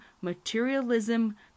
materialism